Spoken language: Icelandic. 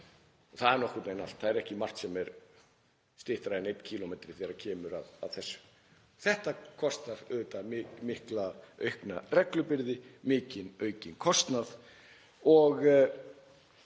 Það er nokkurn veginn allt. Það er ekki margt sem er styttra en 1 km þegar kemur að þessu. Þetta kostar auðvitað mikla aukna reglubyrði, mikinn aukinn kostnað